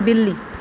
ਬਿੱਲੀ